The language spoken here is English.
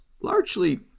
largely